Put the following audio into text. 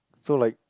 so like